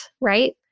right